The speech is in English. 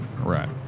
Right